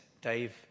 Dave